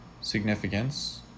significance